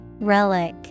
Relic